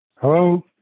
Hello